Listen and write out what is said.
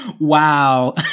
Wow